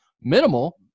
minimal –